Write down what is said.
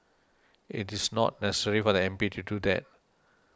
it's not necessary for the M P to do that